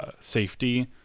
safety